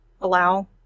allow